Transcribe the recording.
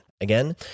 again